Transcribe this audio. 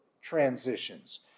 transitions